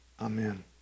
Amen